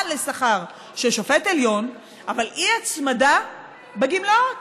לשכר של שופט עליון אבל אי-הצמדה בגמלאות,